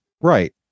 Right